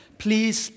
please